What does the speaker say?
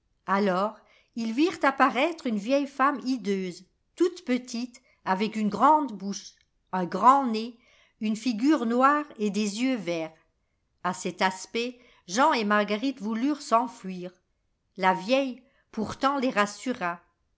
alors ils virent apparaître une vieille femme hideuse toute petite avec une grande bouche un grand nez une figure noire et des yeux verts a cet aspect jean et marguerite voulurent s'enfuir la vieille pourtant les rassura